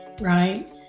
right